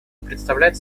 представляет